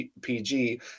PG